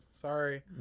sorry